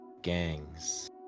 gangs